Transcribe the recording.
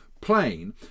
plane